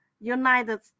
United